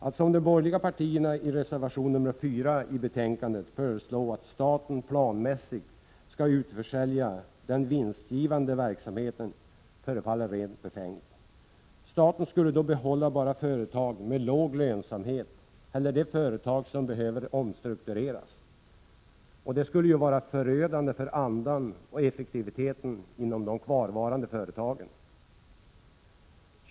Att, som de borgerliga partierna föreslår i reservation nr 4 i betänkandet, staten planmässigt skulle utförsälja den vinstgivande verksamheten förefaller rent befängt. Staten skulle då behålla bara företag med låg lönsamhet eller de företag som behöver omstruktureras. Det skulle vara förödande för andan och effektiviteten inom de kvarvarande företagen.